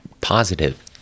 positive